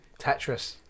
Tetris